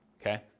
okay